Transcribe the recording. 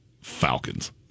Falcons